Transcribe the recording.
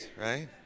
right